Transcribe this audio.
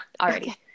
already